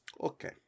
Okay